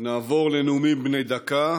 נעבור לנאומים בני דקה.